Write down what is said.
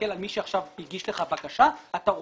אתה מסתכל על מי שעכשיו הגיש לך בקשה,